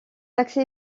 accès